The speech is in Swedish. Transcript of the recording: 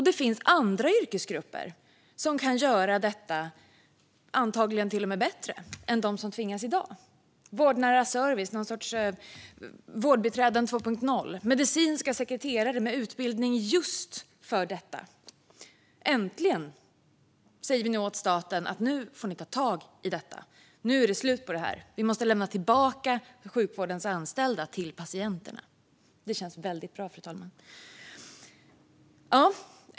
Det finns andra yrkesgrupper som antagligen kan göra detta bättre än de som tvingas göra det i dag. Det kan vara en vårdnära service, någon sorts vårdbiträden 2.0, medicinska sekreterare med utbildning just för detta. Äntligen säger vi nu åt staten: Nu får ni ta tag i detta! Nu är det slut på det här! Vi måste lämna tillbaka sjukvårdens anställda till patienterna. Det känns väldigt bra, fru talman.